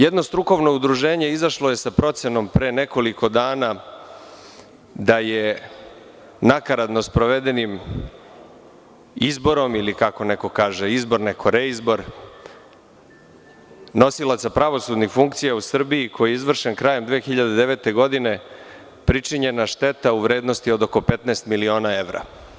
Jedno strukovno udruženje je izašlo sa procenom pre nekoliko dana da je nakaradno sprovedenim izborom ili kako neko kaže reizborom nosilaca pravosudnih funkcija u Srbiji koji je izvršen krajem 2009. godine, pričinjena je šteta u vrednosti oko 15 miliona evra.